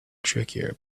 trickier